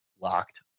locked